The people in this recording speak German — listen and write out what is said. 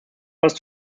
etwas